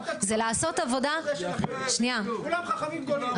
זה לעשות עבודה --- כולם חכמים גדולים.